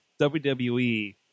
WWE